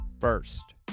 First